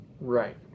right